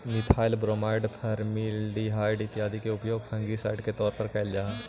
methyl bromide, formaldehyde इत्यादि के उपयोग फंगिसाइड के तौर पर कैल जा हई